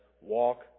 walk